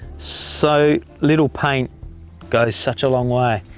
so little paint goes such a long way.